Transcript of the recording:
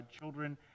children